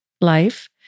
life